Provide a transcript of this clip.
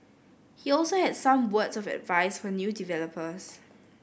he also had some words of advice for new developers